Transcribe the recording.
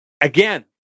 Again